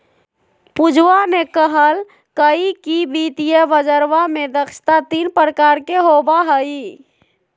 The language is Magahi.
पूजवा ने कहल कई कि वित्तीय बजरवा में दक्षता तीन प्रकार के होबा हई